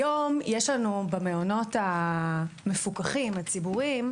היום יש לנו במעונות המפוקחים, הציבוריים,